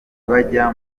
bajya